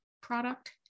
product